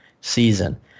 season